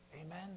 Amen